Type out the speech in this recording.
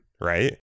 Right